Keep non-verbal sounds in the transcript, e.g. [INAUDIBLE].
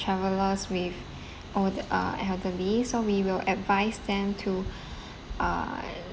travellers with [BREATH] all the uh elderly so we will advice them to [BREATH] uh